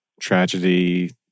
tragedy